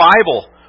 Bible